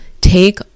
Take